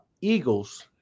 eagles